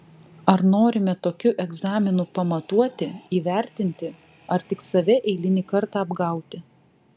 ar norime tokiu egzaminu pamatuoti įvertinti ar tik save eilinį kartą apgauti